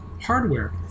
hardware